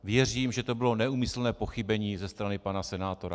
Věřím, že to bylo neúmyslné pochybení ze strany pana senátora.